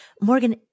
Morgan